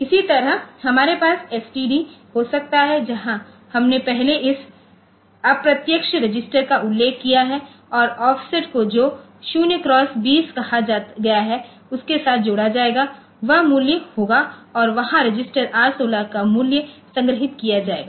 इसी तरह हमारे पास एसटीडी हो सकता है जहां हमने पहले इस अप्रत्यक्ष रजिस्टर का उल्लेख किया है और ऑफसेट को जो 0x20 कहा गया है उसके साथ जोड़ा जायेगा वह मूल्य होगा और वहा रजिस्टर R16 का मूल्य संग्रहीत किया जाएगा